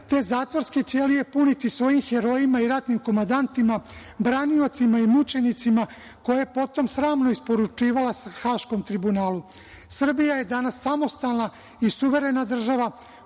te zatvorske ćelije puniti svojim herojima i ratnim komandantima, braniocima i mučenicima koje je potom sramno isporučivala Haškom tribunalu. Srbija je danas samostalna i suverena država